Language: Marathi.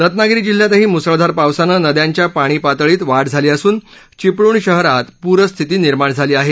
रत्नागिरी जिल्ह्यातही मुसळधार पावसानं नद्यांच्या पाणी पातळीत वाढ झाली असून चिपळूण शहरात प्रस्थिती निर्माण झाली आहे